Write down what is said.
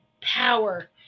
power